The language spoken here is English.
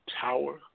Tower